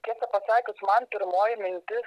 tiesą pasakius man pirmoji mintis